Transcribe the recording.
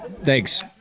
Thanks